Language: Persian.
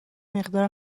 مقدار